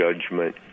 judgment